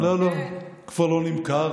לא, לא, הוא כבר לא נמכר.